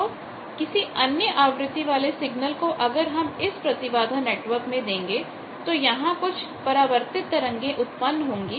तो किसी अन्य आवृत्ति वाले सिग्नल को अगर हम इस प्रतिबाधा नेटवर्क में देंगे तो यहां कुछ परावर्तित तरंगे उत्पन्न होंगी